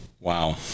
Wow